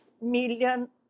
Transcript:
million